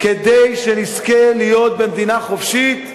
כדי שנזכה להיות במדינה חופשית,